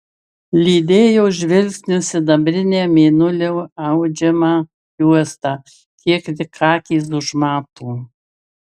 lydėjo žvilgsniu sidabrinę mėnulio audžiamą juostą kiek tik akys užmato